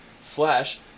slash